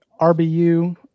RBU